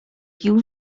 pił